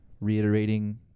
reiterating